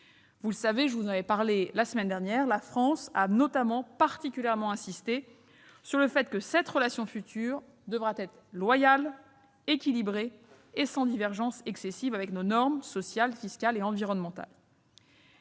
Vous le savez, je vous en avais parlé la semaine dernière, la France a particulièrement insisté sur le fait que cette relation future devra être loyale, équilibrée et sans divergences excessives avec nos normes sociales, fiscales et environnementales.